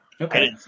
Okay